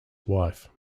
wife